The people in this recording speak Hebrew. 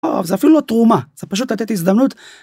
זה אפילו לא תרומה זה פשוט לתת להזדמנות.